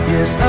Yes